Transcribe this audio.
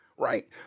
Right